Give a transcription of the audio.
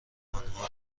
آنها